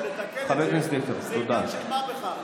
לתקן את זה היום זה עניין של מה בכך.